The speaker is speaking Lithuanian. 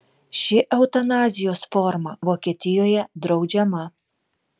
ši eutanazijos forma vokietijoje draudžiama